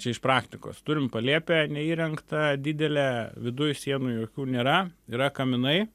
čia iš praktikos turim palėpę neįrengta didelę viduj sienų jokių nėra yra kaminai